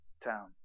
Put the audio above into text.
town